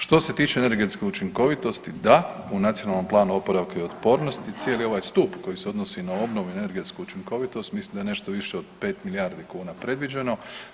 Što se tiče energetske učinkovitosti, da, u Nacionalnom planu oporavka i otpornosti cijeli ovaj stup koji se odnosi na obnovu i energetsku učinkovitost, mislim da je nešto više od 5 milijardi kuna predviđeno.